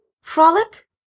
frolic